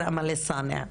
לדוקטור אמל אלסאנע,